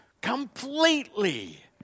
completely